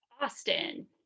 Austin